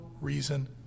reason